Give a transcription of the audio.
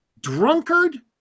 drunkard